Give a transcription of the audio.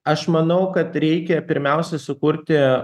aš manau kad reikia pirmiausia sukurti